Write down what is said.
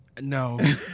No